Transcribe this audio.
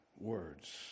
words